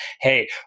hey